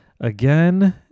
again